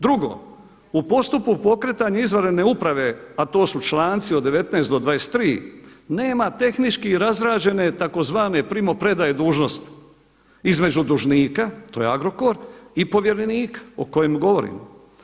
Drugo u postupku pokretanja izvanredne uprave, a to su članci od 19. do 23. nema tehnički razrađene tzv. primopredaje te dužnosti između dužnika, to je Agrokor i povjerenika o kojemu govorimo.